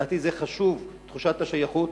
לדעתי זה חשוב, תחושת השייכות.